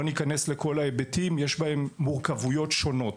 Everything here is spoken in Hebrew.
לא ניכנס לכל ההיבטים, אך יש בהן מורכבויות שונות.